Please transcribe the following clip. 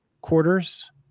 quarters